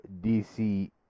DC